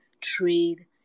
Trade